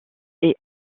est